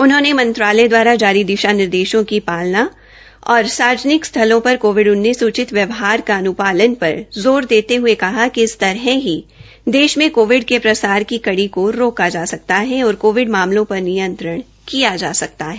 उन्होंने मंत्रालय दवारा जारी दिशा निर्देशों की पालना और सार्वजनिक स्थलों पर कोविड उचित व्यवहार की अनुपालना पर जोर देते हये कहा कि इस तरह की देश में कोविड के प्रसार की कड़ी को रोका जा सकता है और कोविड मामलों पर नियंत्रण् किया जा सकता है